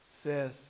says